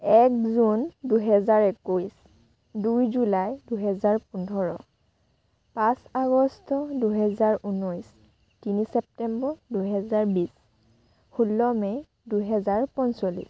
এক জুন দুহেজাৰ একৈছ দুই জুলাই দুহেজাৰ পোন্ধৰ পাঁচ আগষ্ট দুহেজাৰ ঊনৈছ তিনি ছেপ্টেম্বৰ দুহেজাৰ বিছ ষোল্ল মে' দুহেজাৰ পঞ্চল্লিছ